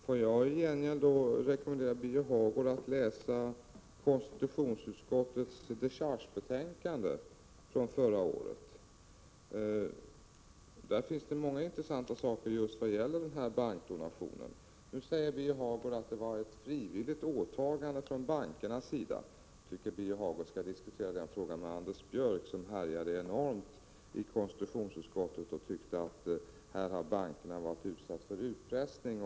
Herr talman! Låt mig då i gengäld rekommendera Birger Hagård att läsa konstitutionsutskottets dechargebetänkande från förra året. Där finns många intressanta saker just vad gäller bankdonationen. Nu säger Birger Hagård att det var ett frivilligt åtagande från bankerna. Jag tycker att Birger 93 Hagård skall diskutera den frågan med Anders Björck, som härjade enormt i konstitutionsutskottet och tyckte att bankerna hade varit utsatta för utpressning.